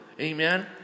amen